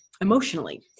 emotionally